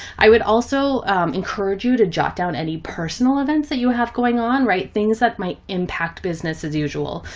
i would also encourage you to jot down any personal events that you have going on, right? things that might, yeah. impact business as usual.